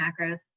macros